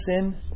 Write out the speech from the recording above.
sin